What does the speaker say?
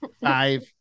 five